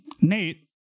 Nate